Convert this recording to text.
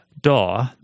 DAW